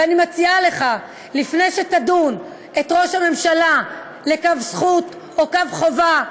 ואני מציעה לך: לפני שתדון את ראש הממשלה לכף זכות או לכף חובה,